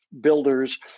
builders